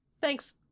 Thanks